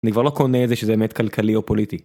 אני כבר לא קונה את זה שזה אמת כלכלי או פוליטי.